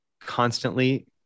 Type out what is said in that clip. constantly